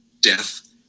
death